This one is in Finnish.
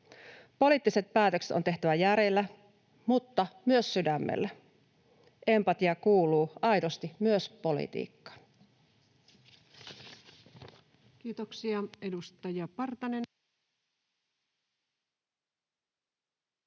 Poliittiset päätökset on tehtävä järjellä mutta myös sydämellä. Empatia kuuluu aidosti myös politiikkaan.